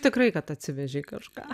tikrai kad atsivežei kažką